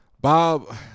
Bob